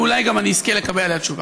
ואולי אני גם אזכה לקבל עליה תשובה.